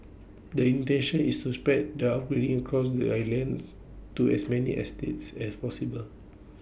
the intention is so spread the upgrading across the island to as many estates as possible